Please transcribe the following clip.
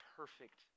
perfect